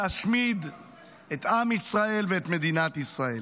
להשמיד את עם ישראל ואת מדינת ישראל.